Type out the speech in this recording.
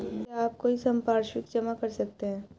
क्या आप कोई संपार्श्विक जमा कर सकते हैं?